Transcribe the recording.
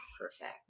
Perfect